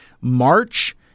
March